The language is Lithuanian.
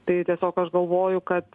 tai tiesiog aš galvoju kad